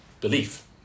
belief